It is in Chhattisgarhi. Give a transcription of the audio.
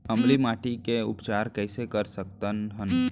अम्लीय माटी के उपचार कइसे कर सकत हन?